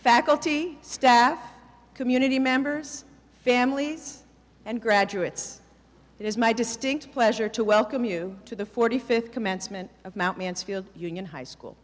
faculty staff community members families and graduates it is my distinct pleasure to welcome you to the forty fifth commencement of mt mansfield union high school